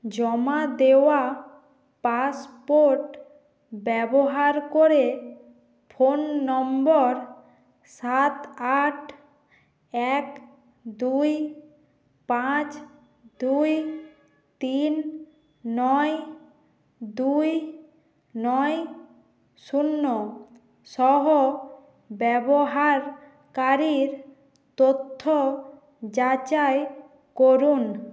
জমা দেওয়া পাসপোর্ট ব্যবহার করে ফোন নম্বর সাত আট এক দুই পাঁচ দুই তিন নয় দুই নয় শূন্য সহ ব্যবহারকারীর তথ্য যাচাই করুন